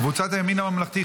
קבוצת סיעת הימין הממלכתי,